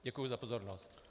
Děkuji za pozornost.